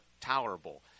tolerable